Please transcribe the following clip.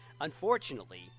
Unfortunately